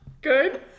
Good